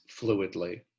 fluidly